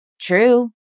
True